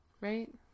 Right